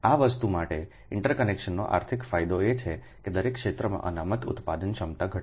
આ વસ્તુ માટે ઇન્ટરકનેક્શનનો આર્થિક ફાયદો એ છે કે દરેક ક્ષેત્રમાં અનામત ઉત્પાદન ક્ષમતા ઘટાડવી